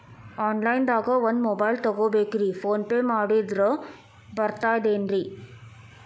Online ದಾಗ ಒಂದ್ mobile ತಗೋಬೇಕ್ರಿ ಫೋನ್ ಪೇ ಮಾಡಿದ್ರ ಬರ್ತಾದೇನ್ರಿ?